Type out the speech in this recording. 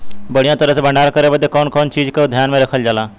बढ़ियां तरह से भण्डारण करे बदे कवने कवने चीज़ को ध्यान रखल जा?